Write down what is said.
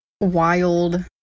wild